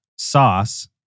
sauce